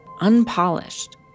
Unpolished